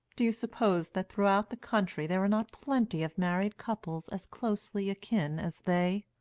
do you suppose that throughout the country there are not plenty of married couples as closely akin as they?